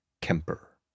Kemper